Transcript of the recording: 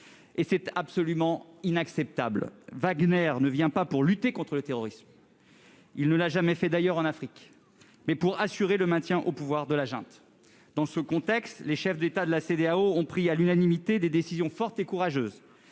C'est absolument inacceptable ! Wagner est présent au Mali, non pas pour lutter contre le terrorisme- il ne l'a jamais fait en Afrique -, mais pour assurer le maintien au pouvoir de la junte. Dans ce contexte, les chefs d'État de la Cédéao ont pris à l'unanimité des décisions fortes et courageuses